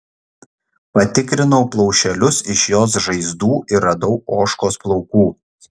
patikrinau plaušelius iš jos žaizdų ir radau ožkos plaukų